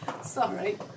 Sorry